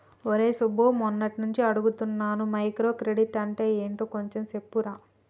రేయ్ సుబ్బు, మొన్నట్నుంచి అడుగుతున్నాను మైక్రో క్రెడిట్ అంటే యెంటో కొంచెం చెప్పురా